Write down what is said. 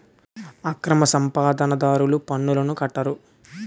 అక్రమ సంపాదన దారులు పన్నులను కట్టరు